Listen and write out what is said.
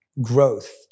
growth